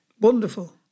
Wonderful